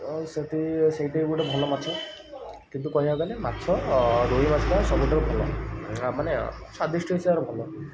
ଅ ସେଇଠି ସେଇଟା ବି ଗୋଟେ ଭଲ ମାଛ କିନ୍ତୁ କହିବାକୁ ଗଲେ ମାଛ ରୋହି ମାଛଟା ସବୁଠାରୁ ଭଲ ଆ ମାନେ ସ୍ଵାଦିଷ୍ଟ ହିସାବରେ ଭଲ